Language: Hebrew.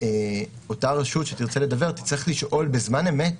אותה רשות שתרצה לדוור תצטרך לשאול בזמן אמת,